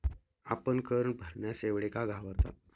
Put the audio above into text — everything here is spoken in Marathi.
आपण कर भरण्यास एवढे का घाबरता?